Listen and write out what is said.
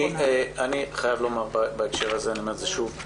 אני חייב לומר בהקשר הזה ואני אומר את זה שוב,